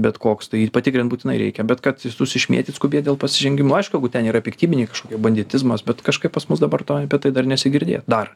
bet koks tai patikrint būtinai reikia bet kad visus išmėtyt skubėt dėl pasižengimo aišku ten yra piktybiniai kažkokie banditizmas bet kažkaip pas mus dabar to apie tai dar nesigirdėjo dar